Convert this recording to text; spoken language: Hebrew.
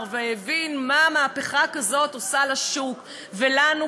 והבין מה מהפכה כזאת עושה לשוק ולנו,